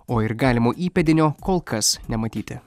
o ir galimo įpėdinio kol kas nematyti